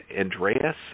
Andreas